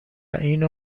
اینو